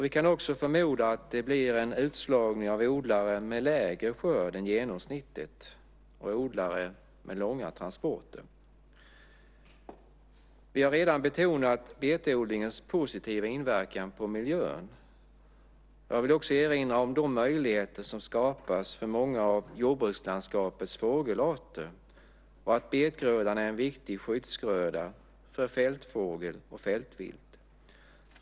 Vi kan också förmoda att det blir en utslagning av odlare som har mindre skörd än genomsnittet och odlare med långa transporter. Vi har redan betonat betodlingens positiva inverkan på miljön. Jag vill också erinra om de möjligheter som skapas för många av jordbrukslandskapets fågelarter och att betgrödan är en viktig skyddsgröda för fältfågel och fältvilt.